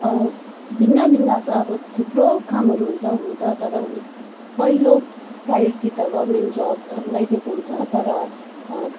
भिन्न भिन्न अब थुप्रो कामहरू हुन्छ हुनु त तर उनीहरूले पहिलो प्रायोरिटी त गभर्मेन्ट जबलाई दिएको हुन्छ तर